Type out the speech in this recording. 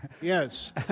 Yes